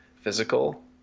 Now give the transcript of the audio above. physical